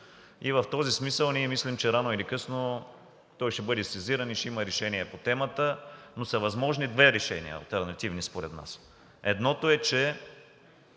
И в този смисъл ние мислим, че рано или късно той ще бъде сезиран и ще има решение по темата, но са възможни две алтернативни решения, според нас. Едното е, че